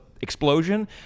explosion